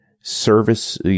service